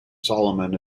solomon